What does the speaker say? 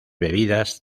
bebidas